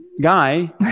guy